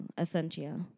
Essentia